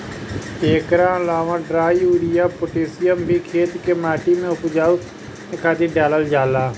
एकरा अलावा डाई, यूरिया, पोतेशियम भी खेते में माटी के उपजाऊ बनावे खातिर डालल जाला